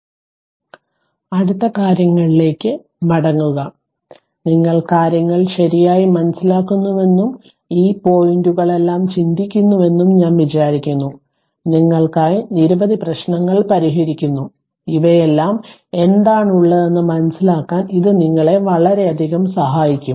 അതിനാൽ അടുത്ത കാര്യങ്ങളിലേക്ക് മടങ്ങുക നിങ്ങൾ കാര്യങ്ങൾ ശരിയായി മനസിലാക്കുന്നുവെന്നും ഈ പോയിന്റുകളെല്ലാം ചിന്തിക്കുന്നുവെന്നും ഞാൻ വിചാരിക്കുന്നു നിങ്ങൾക്കായി നിരവധി പ്രശ്നങ്ങൾ പരിഹരിക്കുന്നു ഇവയെല്ലാം എന്താണുള്ളതെന്ന് മനസ്സിലാക്കാൻ ഇത് നിങ്ങളെ വളരെയധികം സഹായിക്കും